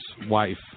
wife